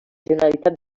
generalitat